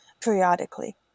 periodically